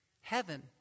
Heaven